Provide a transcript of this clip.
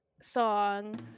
song